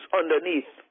underneath